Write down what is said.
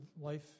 life